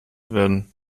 werden